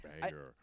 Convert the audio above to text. banger